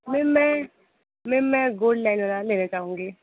ma'am मैं ma'am मैं gold लेना चाहूँगी